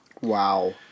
Wow